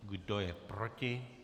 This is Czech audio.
Kdo je proti?